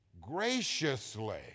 graciously